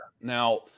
Now